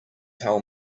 tell